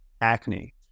acne